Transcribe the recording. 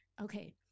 Okay